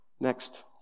Next